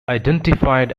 identified